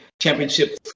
championship